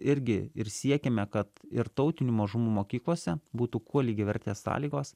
irgi ir siekiame kad ir tautinių mažumų mokyklose būtų kuo lygiavertės sąlygos